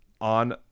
on